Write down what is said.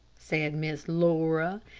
said miss laura,